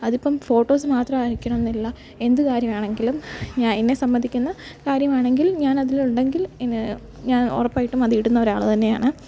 അതിപ്പം ഫോട്ടോസ് മാത്രം ആയിരിക്കണമെന്നില്ല എന്തു കാര്യമാണെങ്കിലും ഞാ എന്നെ സംബന്ധിക്കുന്ന കാര്യമാണെങ്കിൽ ഞാൻ അതിൽ ഉണ്ടെങ്കിൽ എന് ഞാൻ ഉറപ്പായിട്ടും അത് ഇടുന്ന ഒരാളുതന്നെയാണ്